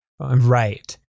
right